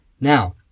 Now